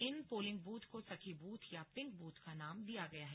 इन polling booth को सखी booth या पिंक ब्रथ का नाम दिया गया है